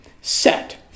set